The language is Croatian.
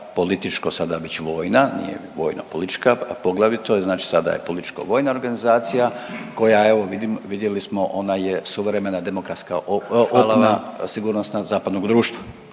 političko, sada već vojno, nije vojno-politička, poglavito je, znači sada je političko-vojna organizacija, koja evo, vidjeli smo, ona je suvremena demokratska opna … .../Upadica: